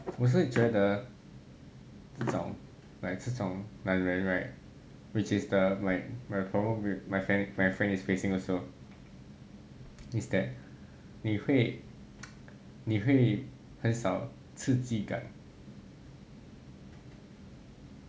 我是觉得这种 like 这种男人 right which is the like my problem with my friend my friend is facing also is that 你会你会很少刺激感